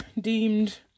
deemed